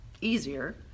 easier